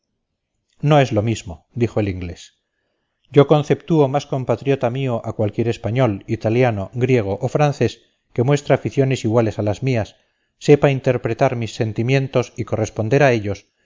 no es lo mismo dijo el inglés yo conceptúo más compatriota mío a cualquier español italiano griego o francés que muestre aficiones iguales a las mías sepa interpretar mis sentimientos y corresponder a ellos